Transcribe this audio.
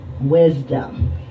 wisdom